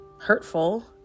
hurtful